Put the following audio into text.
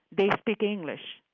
they speak english.